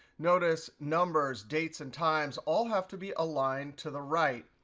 notice, numbers, dates and times, all have to be aligned to the right.